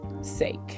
sake